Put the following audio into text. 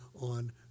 on